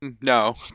No